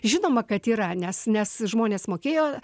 žinoma kad yra nes nes žmonės mokėjo